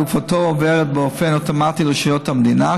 גופתו עוברת באופן אוטומטי לרשויות המדינה,